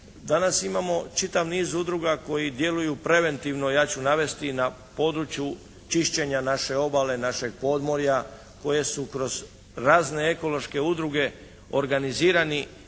danas imamo čitav niz udruga koje djeluju preventivno, ja ću navesti na području čišćenja naše obale, našeg podmorja koje su kroz rane ekološke udruge organizirani